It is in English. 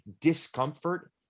discomfort